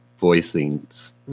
voicings